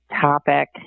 topic